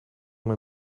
neem